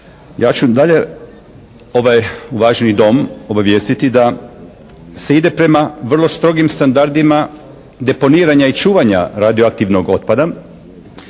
Ja ću dalje ovaj uvaženi Dom obavijestiti da se ide prema vrlo strogim standardima deponiranja i čuvanja radioaktivnog otpada.